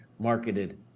Marketed